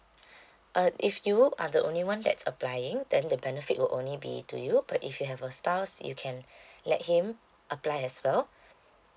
uh if you would are the only one that's applying then the benefit will only be to you but if you have a spouse you can let him apply as well